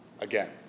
Again